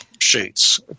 sheets